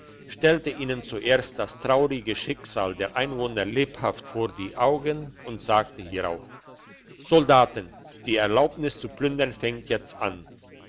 stellte ihnen zuerst das traurige schicksal der einwohner lebhaft vor die augen und sagte hierauf soldaten die erlaubnis zu plündern fängt jetzt an